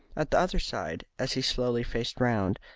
at the other side, as he slowly faced round,